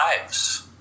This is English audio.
lives